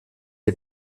est